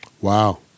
Wow